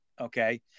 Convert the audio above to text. Okay